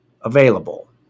available